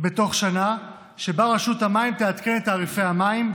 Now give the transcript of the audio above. בתוך שנה שבה רשות המים תעדכן את תעריפי המים,